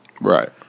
Right